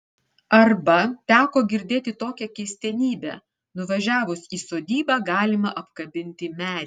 arba teko girdėt tokią keistenybę nuvažiavus į sodybą galima apkabinti medį